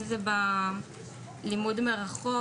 אם זה בלימוד מרחוק,